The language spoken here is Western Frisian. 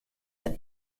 der